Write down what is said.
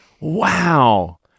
Wow